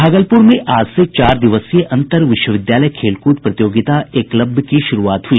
भागलपुर में आज से चार दिवसीय अंतर विश्वविद्यालय खेलकूद प्रतियोगिता एकलव्य की शुरूआत हुई